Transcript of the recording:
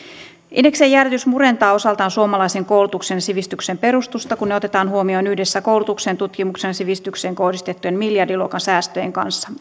indeksien jäädytys murentaa osaltaan suomalaisen koulutuksen ja sivistyksen perustusta kun se otetaan huomioon yhdessä koulutukseen tutkimukseen ja sivistykseen kohdistettujen miljardiluokan säästöjen kanssa